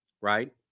right